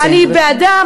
אני בעדם,